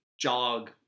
jog